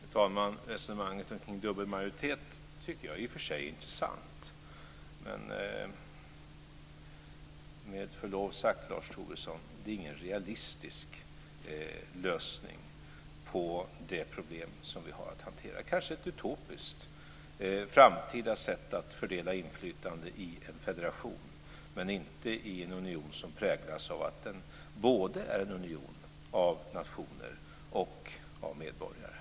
Fru talman! Resonemanget kring detta med dubbel majoritet tycker jag i och för sig är intressant. Men med förlov sagt, Lars Tobisson, det är ingen realistisk lösning på de problem som vi har att hantera - kanske ett utopiskt, framtida sätt att fördela inflytande i en federation men inte i en union som präglas av att den är en union av både nationer och medborgare.